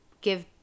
give